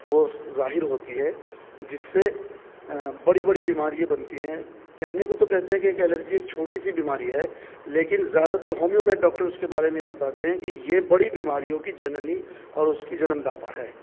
وہ ظاہر ہوتی ہے جس سے بڑی بڑی بیماریاں بنتی ہیں کہنے کو تو کہتے ہیں کہ ایک الرجی ایک چھوٹی سی بیماری ہے لیکن زیادہ تر ہومیوپیتھ ڈاکٹر اس کے بارے میں بتاتے ہیں کہ یہ بڑی بیماریوں کی جننی اور اس کی جنم داتا ہے